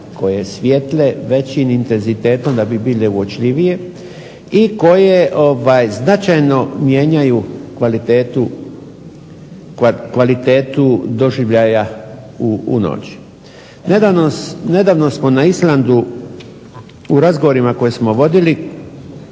koje svijetle većim intenzitetom da bi bile uočljivije i koje značajno mijenjaju kvalitetu doživljaja u noći. Nedavno smo na Islandu u razgovorima koje smo vodili